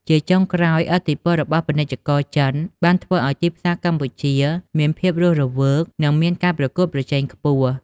ជាចុងក្រោយ ឥទ្ធិពលរបស់ពាណិជ្ជករចិនបានធ្វើឱ្យទីផ្សារកម្ពុជាមានភាពរស់រវើកនិងមានការប្រកួតប្រជែងខ្ពស់។